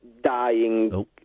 dying